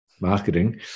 marketing